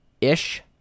ish